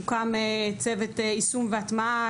הוקם צוות יישום והטמעה,